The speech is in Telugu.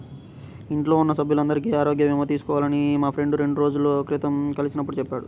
ఇంట్లో ఉన్న సభ్యులందరికీ ఆరోగ్య భీమా తీసుకున్నానని మా ఫ్రెండు రెండు రోజుల క్రితం కలిసినప్పుడు చెప్పాడు